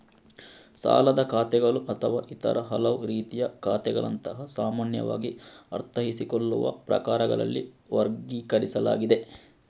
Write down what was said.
ಸಾಲದ ಖಾತೆಗಳು ಅಥವಾ ಇತರ ಹಲವು ರೀತಿಯ ಖಾತೆಗಳಂತಹ ಸಾಮಾನ್ಯವಾಗಿ ಅರ್ಥೈಸಿಕೊಳ್ಳುವ ಪ್ರಕಾರಗಳಲ್ಲಿ ವರ್ಗೀಕರಿಸಲಾಗಿದೆ